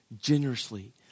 generously